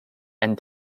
and